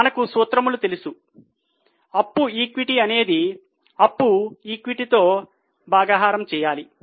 మనకు సూత్రము తెలుసు అప్పు ఈక్విటీ అనేది అప్పు ఈక్విటీ తో భాగాహారం చేయాలి